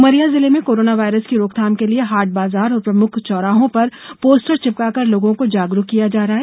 उमरिया जिले में corona virus की रोकथाम के लिए हाटबाजार और प्रमुख चौराहों पर पोस्टर चिपका कर लोगों को जागरूक किया जा रहा है